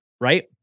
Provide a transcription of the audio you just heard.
Right